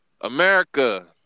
America